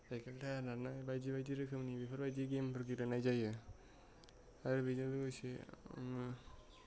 cycle tyre नारनाय बायदि बायदि रोखोमनि बेफोरबायदि गेमबो गेलेनाय जायो आरो बेजों लोगोसे